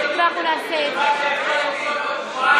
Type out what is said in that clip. ואנחנו נעשה את זה.) קטי,